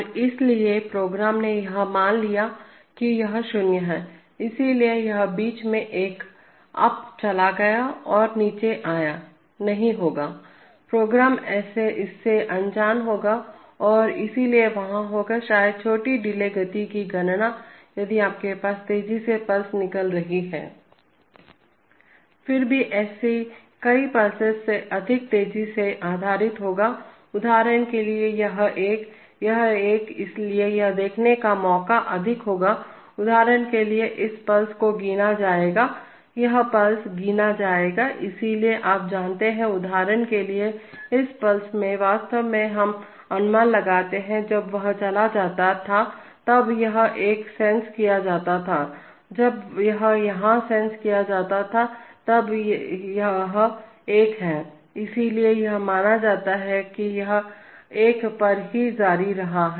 और इसलिए प्रोग्राम ने यह मान लिया कि यह शून्य है इसलिए कि यह बीच में एक अप चला गया और नीचे आया नहीं होगा प्रोग्राम इससे अनजान होगा और इसलिए वहाँ होगा शायद छोटी डिले गति की गणना यदि आपके पास तेजी से पल्स निकल रही है फिर भी ऐसी कई पल्सेस से अधिक तेजी से आधारित होगा उदाहरण के लिए यह एक यह एक इसलिए यह देखने का मौका अधिक होगा उदाहरण के लिए इस पल्स को गिना जाएगा यह पल्स गिना जाएगा इसलिए आप जानते हैंउदाहरण के लिए इस पल्स में वास्तव में हम अनुमान लगाते हैं जब वह चला गया था तब यह एक सेंस किया गया था जब यह यहाँ सेंस किया गया था तब भी यह एक है इसलिए यह माना जाएगा कि यह एक पर जारी रहा